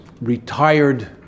retired